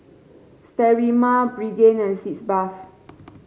Sterimar Pregain and Sitz Bath